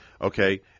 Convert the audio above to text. okay